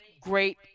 great